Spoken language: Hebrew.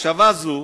מחשבה זו